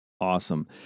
Awesome